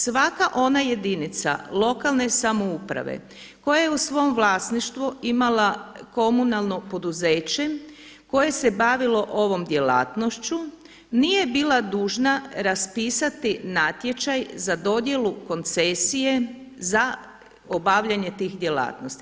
Svaka ona jedinica lokalne samouprave koja je u svom vlasništvu imala komunalno poduzeće koje se bavilo ovom djelatnošću nije bila dužna raspisati natječaj za dodjelu koncesije za obavljanje tih djelatnosti.